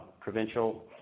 provincial